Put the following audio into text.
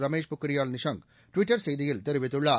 Ramesh Pokhriyal Nishank Twitter செய்தியில் தெரிவித்துள்ளார்